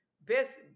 Best